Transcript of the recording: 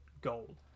goal